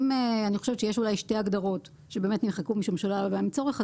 אני חושבת שיש שתי הגדרות שבאמת נמחקו משום שלא היה בהן צורך,